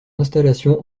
installation